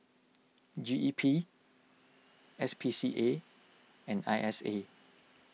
G E P S P C A and I S A